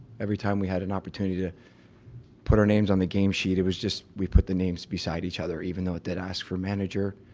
every time we had an opportunity to put our names on the game sheet it was just, we'd put the names beside each other even though it did ask for manager,